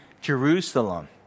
Jerusalem